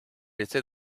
était